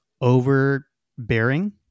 overbearing